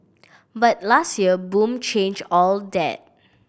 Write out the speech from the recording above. but last year boom changed all that